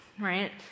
right